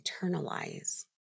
internalize